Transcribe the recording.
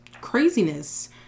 craziness